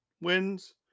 wins